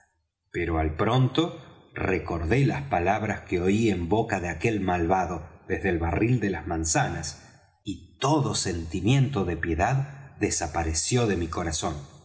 pero al pronto recordé las palabras que oí en boca de aquel malvado desde el barril de las manzanas y todo sentimiento de piedad desapareció de mi corazón